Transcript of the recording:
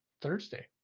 Thursday